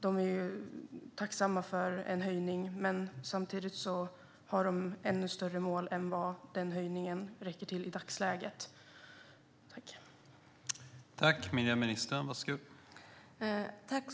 De är tacksamma för en höjning, men samtidigt har de ännu större mål än vad den höjningen i dagsläget räcker till.